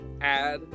add